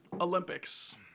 Olympics